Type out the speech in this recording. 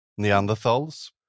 Neanderthals